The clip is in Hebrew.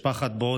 משפת ברודץ,